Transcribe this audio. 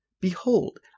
Behold